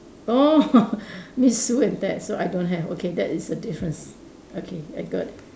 oh Miss Sue and Ted so I don't have okay that is a difference okay I got it